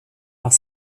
nach